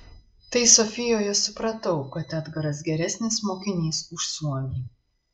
tai sofijoje supratau kad edgaras geresnis mokinys už suomį